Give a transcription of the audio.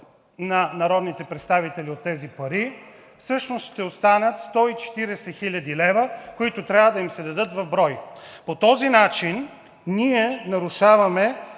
на народните представители от тези пари, всъщност ще останат 140 хил. лв., които трябва да им се дадат в брой. По този начин ние нарушаваме